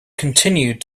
continued